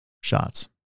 shots